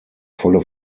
volle